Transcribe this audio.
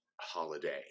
Holiday